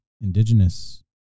indigenous